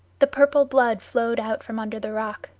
the purple blood flowed out from under the rock,